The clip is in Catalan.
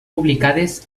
publicades